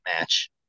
match